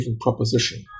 proposition